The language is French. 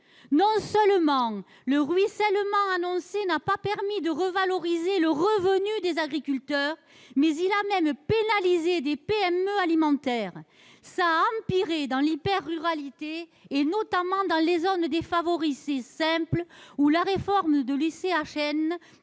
Non seulement le ruissellement annoncé n'a pas permis de revaloriser le revenu des agriculteurs, mais il a même pénalisé des PME alimentaires. La situation a empiré dans l'hyper-ruralité, notamment dans les zones défavorisées simples, où la réforme de